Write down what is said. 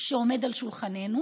שעומד על שולחננו,